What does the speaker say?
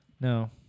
No